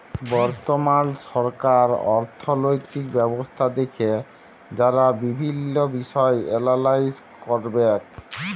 বর্তমাল সময়কার অথ্থলৈতিক ব্যবস্থা দ্যাখে যারা বিভিল্ল্য বিষয় এলালাইস ক্যরবেক